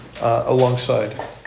alongside